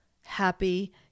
happy